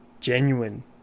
genuine